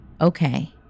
Okay